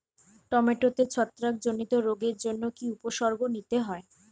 টমেটোতে ছত্রাক জনিত রোগের জন্য কি উপসর্গ নিতে হয়?